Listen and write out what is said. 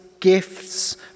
gifts